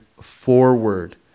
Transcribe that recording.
forward